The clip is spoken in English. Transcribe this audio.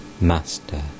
master